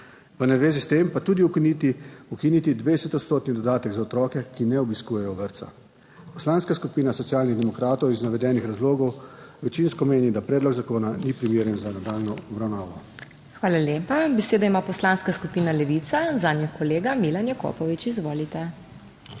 v navezi s tem pa tudi ukiniti 20-odstotni dodatek za otroke, ki ne obiskujejo vrtca. Poslanska skupina Socialnih demokratov iz navedenih razlogov večinsko meni, da predlog zakona ni primeren za nadaljnjo obravnavo. PODPREDSEDNICA MAG. MEIRA HOT: Hvala lepa. Besedo ima Poslanska skupina Levica, zanjo kolega Milan Jakopovič. Izvolite.